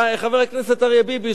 חבר הכנסת אריה ביבי,